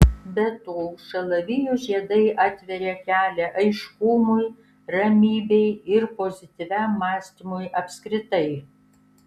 be to šalavijų žiedai atveria kelią aiškumui ramybei ir pozityviam mąstymui apskritai